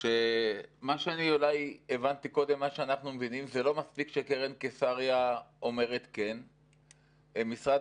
מה שאנחנו מבינים שזה לא מספיק שקרן קיסריה אומרת כן אלא משרד